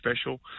special